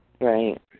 right